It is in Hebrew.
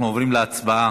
אנחנו עוברים להצבעה,